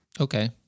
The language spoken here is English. Okay